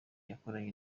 yakoranye